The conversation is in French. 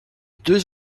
deux